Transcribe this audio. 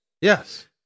Yes